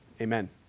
Amen